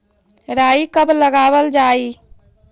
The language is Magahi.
राई कब लगावल जाई?